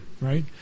right